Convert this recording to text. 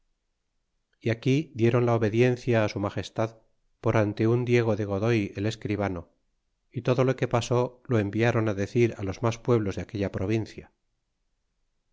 y aquí dieron la obediencia su magestad por ante un diego de godoy el escribano y todo lo que pasó lo enviaron it decir los mas pueblos de aquella provincia